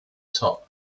top